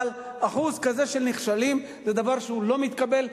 אבל אחוז כזה של נכשלים זה דבר שלא מתקבל,